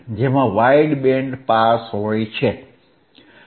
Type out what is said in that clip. જેમાં wideband pass હોય છે